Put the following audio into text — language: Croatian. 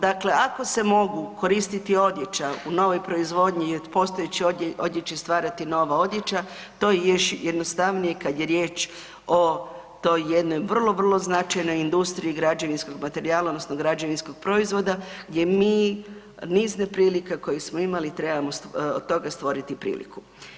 Dakle, ako se mogu koristiti odjeća u novoj proizvodnji i od postojeće odjeće stvarati nova odjeća, to je još jednostavnije kad je riječ o toj jednoj vrlo, vrlo značajnoj industriji građevinskog materijala odnosno građevinskog proizvoda gdje mi niz neprilika koje smo imali trebamo od toga stvoriti priliku.